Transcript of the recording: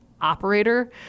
operator